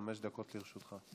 חמש דקות לרשותך.